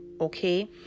okay